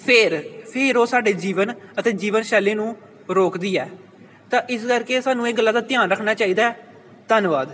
ਫਿਰ ਫਿਰ ਉਹ ਸਾਡੇ ਜੀਵਨ ਅਤੇ ਜੀਵਨ ਸ਼ੈਲੀ ਨੂੰ ਰੋਕਦੀ ਹੈ ਤਾਂ ਇਸ ਕਰਕੇ ਸਾਨੂੰ ਇਹ ਗੱਲਾਂ ਦਾ ਧਿਆਨ ਰੱਖਣਾ ਚਾਹੀਦਾ ਧੰਨਵਾਦ